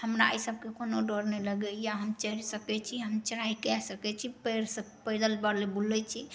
हमरा इसबके कोनो डर नहि लगैए हम चढ़ि सकैत छी हम चढ़ाइ करि सकैत छी पएर सऽ पैदल बुलै छी